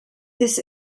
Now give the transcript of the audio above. this